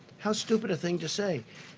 how stupid a thing to say.